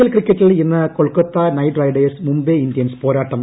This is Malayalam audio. എൽ ക്രിക്കറ്റിൽ ഇന്ന് Kolkata Knight Riders Mumbai Indians പോരാട്ടം